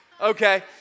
okay